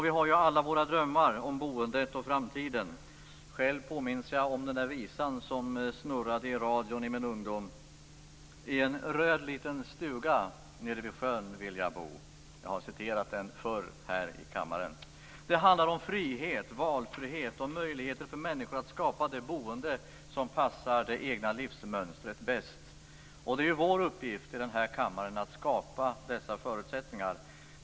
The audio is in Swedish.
Vi har alla våra drömmar om boendet och framtiden. Själv påminns jag om visan som hördes i radion i min ungdom: I en röd liten stuga nere vid sjön vill jag bo. Jag har citerat den förr i kammaren. Det handlar om frihet, om valfrihet, om möjligheter för människor att skapa det boende som passar det egna livsmönstret bäst. Det är vår uppgift i den här kammaren att skapa dessa förutsättningar.